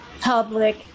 public